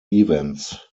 events